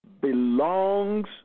belongs